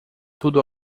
tudo